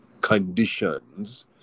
conditions